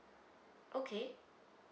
okay